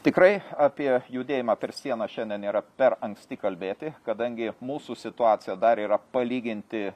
tikrai apie judėjimą per sieną šiandien yra per anksti kalbėti kadangi mūsų situacija dar yra palyginti